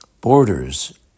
borders